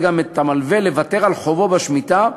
גם את המלווה לוותר על חובו בשמיטה,